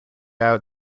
out